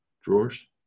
drawers